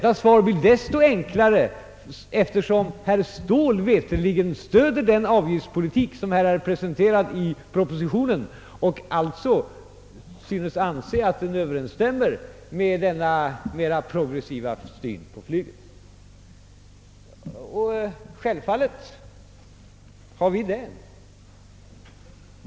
Mitt svar blir desto enklare som herr Ståhl veterligen stöder den avgiftspolitik som är presenterad i propositionen och alltså tycks anse att den överensstämmer med denna mera progressiva syn på flyget. Självfallet har vi en sådan syn.